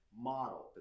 model